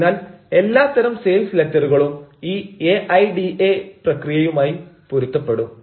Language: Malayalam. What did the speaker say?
അതിനാൽ എല്ലാത്തരം സെയിൽസ് ലെറ്ററുകളും ഈ എ ഐ ഡി എ പ്രക്രിയയുമായി പൊരുത്തപ്പെടും